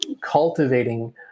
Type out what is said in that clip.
cultivating